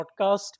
podcast